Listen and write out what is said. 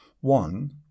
One